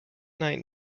night